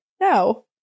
No